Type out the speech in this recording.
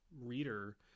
reader